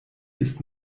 ist